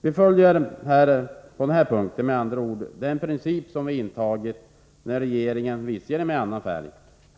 Vi följer med andra ord på den här punkten den princip som vi intagit när regeringen, visserligen med annan färg,